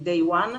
מהיום הראשון,